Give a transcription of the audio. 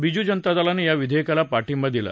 बिजूजनता दलानं या विधेयकाला पाठिंबा दिला